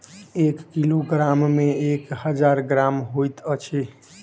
एक किलोग्राम मे एक हजार ग्राम होइत अछि